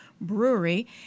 Brewery